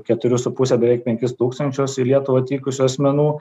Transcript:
keturių su puse beveik penkis tūkstančius į lietuvą atvykusių asmenų